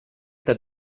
that